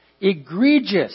Egregious